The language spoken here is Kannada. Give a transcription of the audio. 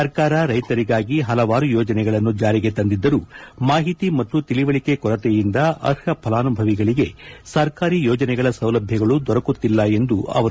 ಸರ್ಕಾರ ರೈತರಿಗಾಗಿ ಹಲವಾರು ಯೋಜನೆಗಳನ್ನು ಜಾರಿಗೆ ತಂದಿದ್ದರೂ ಮಾಹಿತಿ ಮತ್ತು ತಿಳಿವಳಿಕೆ ಕೊರತೆಯಿಂದ ಅರ್ಹ ಫಲಾನುಭವಿಗಳಿಗೆ ಸರ್ಕಾರಿ ಯೋಜನೆಗಳ ಸೌಲಭ್ಯಗಳು ದೊರಕುತ್ತಿಲ್ಲ ಎಂದರು